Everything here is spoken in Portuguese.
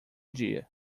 dia